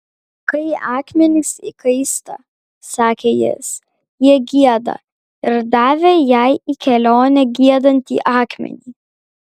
kai akmenys įkaista sakė jis jie gieda ir davė jai į kelionę giedantį akmenį